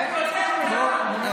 לא,